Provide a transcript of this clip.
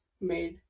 made